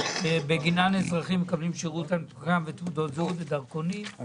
בגינן אזרחים מקבלים שירות על תעודות זהות ודרכונים,